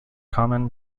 common